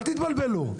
אל תתבלבלו.